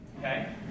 okay